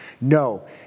No